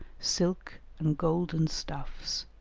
silk and golden stuffs,